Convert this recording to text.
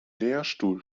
lehrstuhl